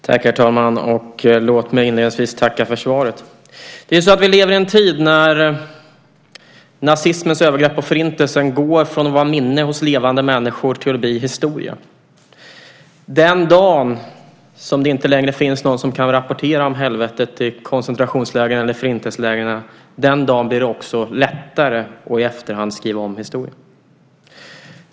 Herr talman! Låt mig inledningsvis tacka för svaret. Vi lever i en tid när nazismens övergrepp och Förintelsen går från att vara ett minne hos levande människor till att bli historia. Den dagen som det inte längre finns någon som kan rapportera om helvetet i koncentrationslägren eller förintelselägren blir det också lättare att i efterhand skriva om historien.